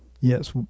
Yes